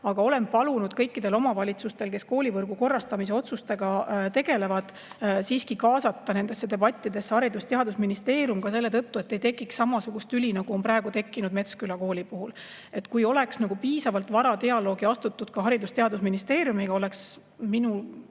Aga olen palunud kõikidel omavalitsustel, kes koolivõrgu korrastamise otsustega tegelevad, siiski kaasata nendesse debattidesse Haridus‑ ja Teadusministeerium, ka selle tõttu, et ei tekiks samasugust tüli, nagu on praegu Metsküla kooli puhul. Kui oleks piisavalt vara dialoogi astutud ka Haridus‑ ja Teadusministeeriumiga, siis mina